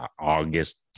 August